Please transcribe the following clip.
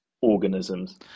organisms